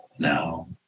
Now